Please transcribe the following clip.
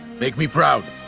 make me proud.